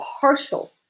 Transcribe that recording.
partial